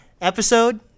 episode